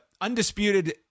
undisputed